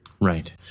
Right